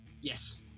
Yes